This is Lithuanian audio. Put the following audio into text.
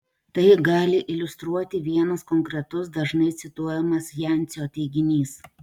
tai gali iliustruoti vienas konkretus dažnai cituojamas jancio teiginys